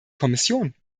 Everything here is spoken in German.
kommission